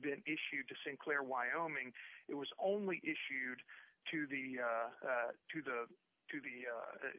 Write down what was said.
been issued to sinclair wyoming it was only issued to the to the to the